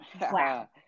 Wow